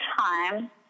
time